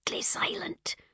silent